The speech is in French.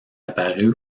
apparue